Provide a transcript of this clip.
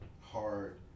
hard